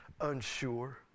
unsure